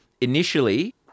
initially